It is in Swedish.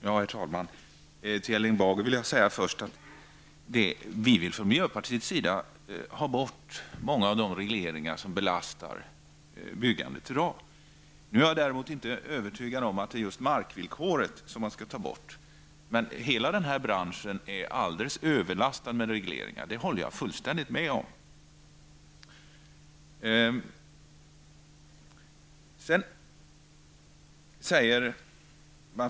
Herr talman! Jag vill till Erling Bager säga att vi från miljöpartiet vill ha bort många av de regleringar som i dag belastar byggandet. Jag är däremot inte övertygad om att det är just markvillkoret som man skall ta bort. Men hela den här branschen är helt överlastad med regleringar. Det håller jag fullständigt med om.